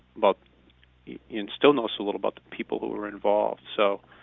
but and still know so little about the people who were involved. so,